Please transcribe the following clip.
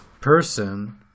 person